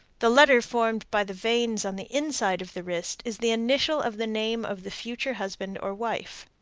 the letter formed by the veins on the inside of the wrist is the initial of the name of the future husband or wife.